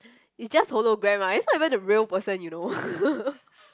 it's just hologram ah it's not even the real person you know